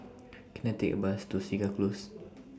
Can I Take A Bus to Segar Close